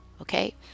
okay